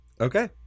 Okay